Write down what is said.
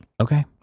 Okay